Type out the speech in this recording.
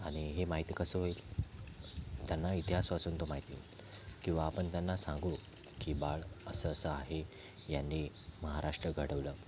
आणि हे माहिती कसं होईल त्यांना इतिहास वाचून तो माहिती होईल किंवा आपण त्यांना सांगू की बाळ असं असं आहे यांनी महाराष्ट्र घडवलं